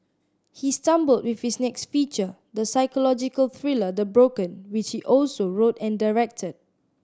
he stumbled with his next feature the psychological thriller The Broken which he also wrote and directed